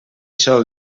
sol